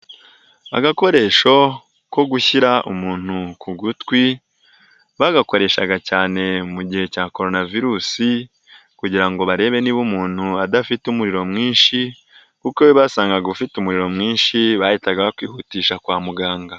Agakoresho ko gushyira umuntu ku gutwi, bagakoreshaga cyane mu gihe cya korona virusi kugira ngo barebe niba umuntu adafite umuriro mwinshi, kuko iyo basangaga ufite umuriro mwinshi, bahitaga bakwihutisha kwa muganga.